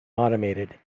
automated